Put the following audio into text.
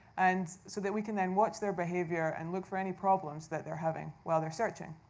and so that we can then watch their behavior and look for any problems that they're having while they're searching.